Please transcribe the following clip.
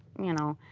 you know,